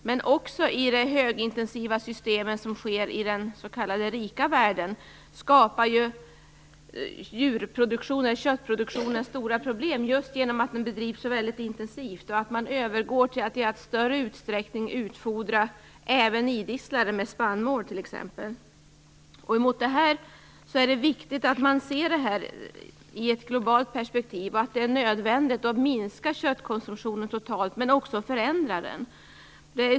Men också i de högintensiva systemen i den s.k. rika världen skapar köttproduktionen stora problem just genom att den bedrivs så intensivt och att man övergår till att i allt större utsträckning utfodra även idisslare med t.ex. spannmål. Mot denna bakgrund är det viktigt att man ser detta i ett globalt perspektiv. Det är nödvändigt att minska köttkonsumtionen totalt, men också att förändra den.